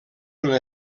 una